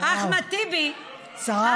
אחמד טיבי, אני